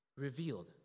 Revealed